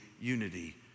unity